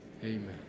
Amen